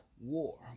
war